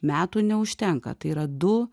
metų neužtenka tai yra du